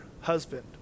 husband